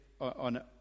on